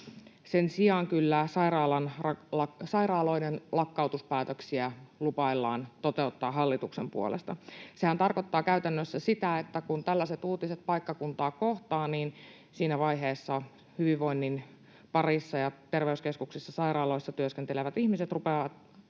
sen sijaan kyllä sairaaloiden lakkautuspäätöksiä lupaillaan toteuttaa hallituksen puolesta. Sehän tarkoittaa käytännössä sitä, että kun tällaiset uutiset paikkakuntaa kohtaavat, niin siinä vaiheessa hyvinvoinnin parissa ja terveyskeskuksissa ja sairaaloissa työskentelevät ihmiset rupeavat